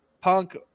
Punk